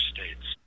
States